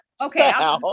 Okay